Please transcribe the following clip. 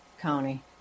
County